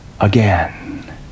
again